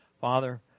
Father